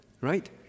right